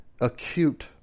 acute